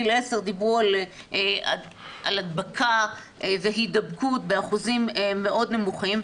עד גיל 10 דיברו על הדבקה והידבקות באחוזים מאוד נמוכים,